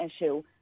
issue